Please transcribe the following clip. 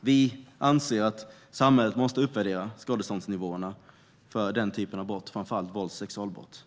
Vi anser att samhället måste uppvärdera skadeståndsnivåerna för den typen av brott och framför allt vålds och sexualbrott.